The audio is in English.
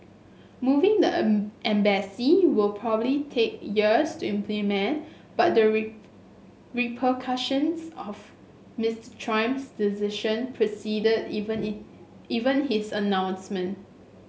moving the embassy will probably take years to implement but the repercussions of Mister Trump's decision preceded even even his announcement